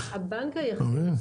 אתה מבין?